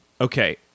Okay